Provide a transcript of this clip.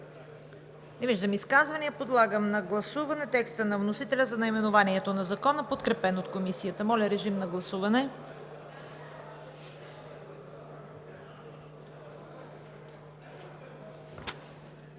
Не виждам изказвания. Подлагам на гласуване текста на вносителя за наименованието на Закона, подкрепен от Комисията. Гласували